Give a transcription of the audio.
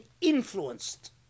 influenced